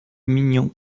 mignon